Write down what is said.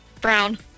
Brown